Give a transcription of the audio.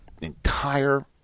entire